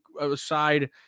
aside